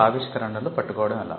ఆవిష్కరణలు పట్టుకోవడం ఎలా